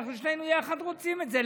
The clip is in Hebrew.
אנחנו שנינו יחד רוצים את זה,